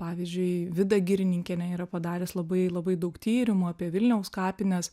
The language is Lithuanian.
pavyzdžiui vida girininkienė yra padarius labai labai daug tyrimų apie vilniaus kapines